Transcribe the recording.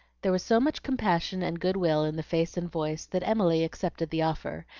there was so much compassion and good-will in the face and voice, that emily accepted the offer,